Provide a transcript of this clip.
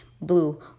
blue